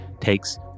takes